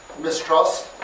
mistrust